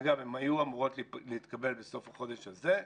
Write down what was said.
אגב, הן היו אמורות להתקבל בסוף החודש הזה.